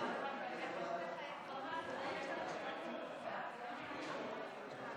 הרווחה והבריאות נתקבלה.